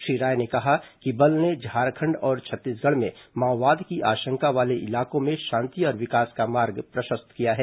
श्री राय ने कहा कि बल ने झारखंड और छत्तीसगढ़ में माओवाद की आशंका वाले इलाकों में शांति और विकास का मार्ग प्रशस्त किया है